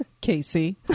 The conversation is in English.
Casey